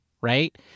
Right